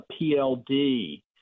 PLD